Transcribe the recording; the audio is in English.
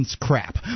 crap